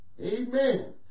Amen